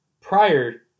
prior